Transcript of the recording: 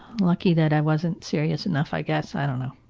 lucky that i wasn't serious enough i guess i don't know.